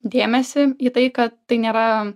dėmesį į tai kad tai nėra